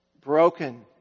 broken